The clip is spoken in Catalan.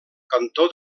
cantó